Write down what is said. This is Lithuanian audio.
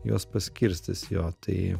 juos paskirstys jo tai